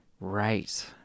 Right